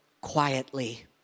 quietly